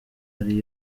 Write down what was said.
ari